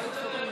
מה קרה?